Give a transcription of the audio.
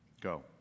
Go